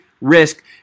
risk